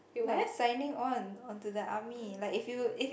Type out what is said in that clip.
like signing on onto the army like if you if you